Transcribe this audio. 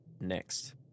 next